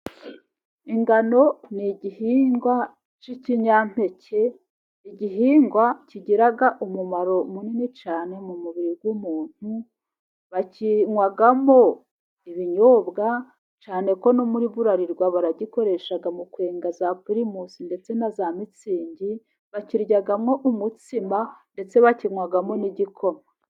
Ingano ni igihingwa cy'ikinyampeke, igihingwa kigira umumaro munini cyane mu mubiri w'umuntu. Bakinywamo ibinyobwa, cyane ko no muri Burarirwa baragikoresha mu kwenga za pirimusi ndetse na za mitsingi. Bakiryamo umutsima ndetse bakinywamo n'igikoma.